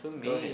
go ahead